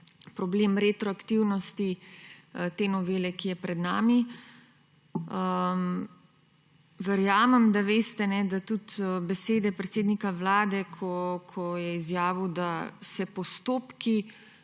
problem retroaktivnosti te novele, ki je pred nami. Verjamem, da glede besed predsednika Vlade, ko je izjavil, da se postopki